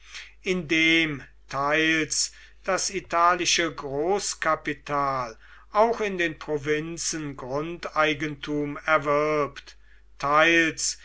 indem teils das italische großkapital auch in den provinzen grundeigentum erwirbt teils